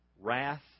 wrath